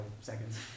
seconds